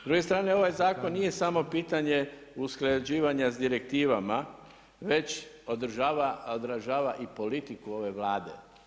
S druge strane, ovaj zakon nije samo pitanje usklađivanja s direktivama već odražava i politiku ove Vlade.